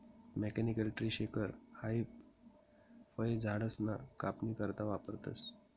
mechanical tree shaker हाई फयझाडसना कापनी करता वापरतंस